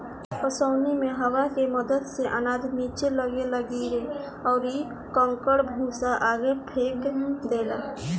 ओसौनी मे हवा के मदद से अनाज निचे लग्गे गिरेला अउरी कन्ना भूसा आगे फेंक देला